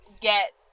get